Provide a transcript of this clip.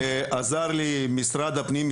עזר לי משרד הפנים,